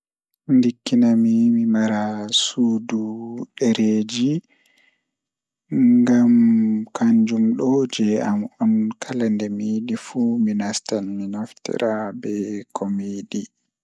So mi waawi ɗonnoogol ko mi waɗi laawol makko ko kala buɗɗe rewɓe nder no waɗi njogorde ko art gallery, miɗo ɗonnoo art gallery. Art gallery waɗi ngal sabu ko heɓi ndaartina moƴƴere ngal njogortu ɓe daɗi. Ko art ko gise heɓugol e jammaaji ngal waɗa ko feere, sabu o waawi heɓugol ngal ɓuri heɓugol